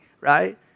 right